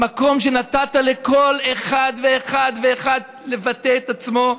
במקום שנתת לכל אחד ואחד לבטא את עצמו,